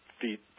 feet